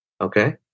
okay